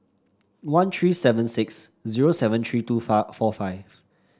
one three seven six zero seven three two four five